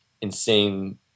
insane